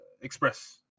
express